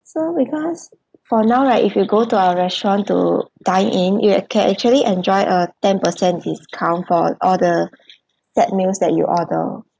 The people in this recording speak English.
so because for now right if you go to our restaurant to dine in you can actually enjoy a ten percent discount for all the set meals that you order